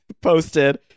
posted